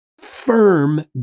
firm